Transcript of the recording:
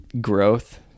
growth